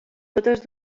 totes